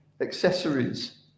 accessories